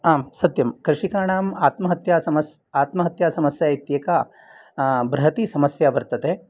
आम् सत्यं कृषिकाणाम् आत्महत्यासमस्या इत्येका बृहती समस्या वर्तते